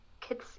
kids